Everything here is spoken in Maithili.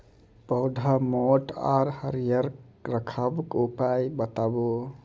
पौधा मोट आर हरियर रखबाक उपाय बताऊ?